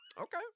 Okay